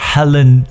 Helen